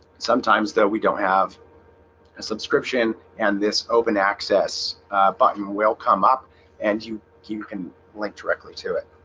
sometimes though we don't have a subscription and this open access button will come up and you you can link directly to it